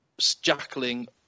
jackling